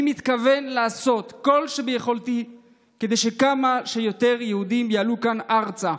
אני מתכוון לעשות כל שביכולתי כדי שכמה שיותר יהודים יעלו ארצה.